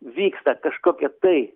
vyksta kažkokie tai